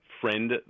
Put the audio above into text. friend